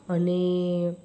અને